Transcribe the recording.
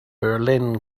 berlin